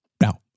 Now